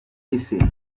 isi